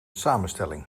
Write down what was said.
samenstelling